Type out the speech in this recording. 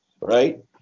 right